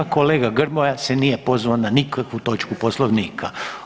Kolega Grmoja se nije pozvao na nikakvu točku Poslovnika.